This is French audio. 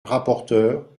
rapporteure